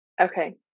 Okay